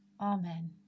Amen